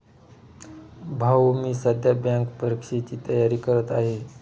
भाऊ मी सध्या बँक परीक्षेची तयारी करत आहे